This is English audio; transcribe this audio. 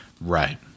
Right